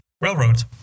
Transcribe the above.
railroads